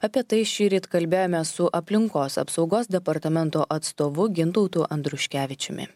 apie tai šįryt kalbėjome su aplinkos apsaugos departamento atstovu gintautu andriuškevičiumi